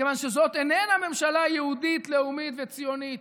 מכיוון שזאת איננה ממשלה יהודית, לאומית וציונית.